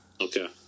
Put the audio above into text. Okay